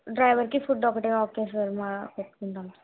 డ్రైవర్కి ఫుడ్ ఒక్కటే okay sir మేము పెట్టుకుంటాం